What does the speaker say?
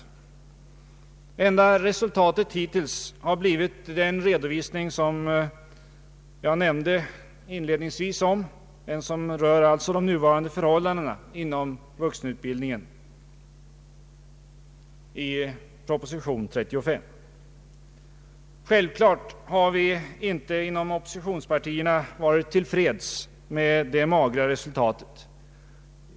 Det enda resultatet hittills har blivit den redovisning i proposition 35 som jag nämnde inledningsvis och som rör de nuvarande förhållandena inom vuxenutbildningen. Självfallet har vi inte inom oppositionspartierna varit till freds med det magra resultatet.